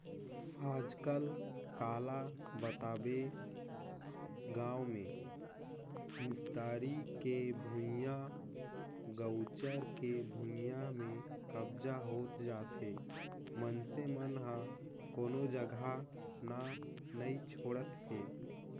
आजकल काला बताबे गाँव मे निस्तारी के भुइयां, गउचर के भुइयां में कब्जा होत जाथे मइनसे मन ह कोनो जघा न नइ छोड़त हे